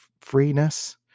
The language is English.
freeness